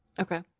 okay